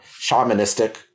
shamanistic